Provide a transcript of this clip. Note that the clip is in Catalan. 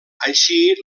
així